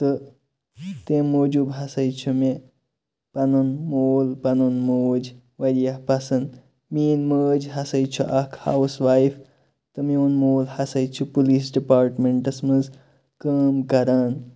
تہٕ تمہِ موٗجوٗب ہَسا چھ مےٚ پَنُن مول پَنُن موج واریاہ پَسَنٛد میٲنٛۍ مٲج ہَسا چھِ اکھ ہاوُس وایِف تہٕ میون مول ہَسا چھُ پُلیٖس ڈِپاٹمنٹَس مَنٛز کٲم کَران